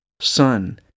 sun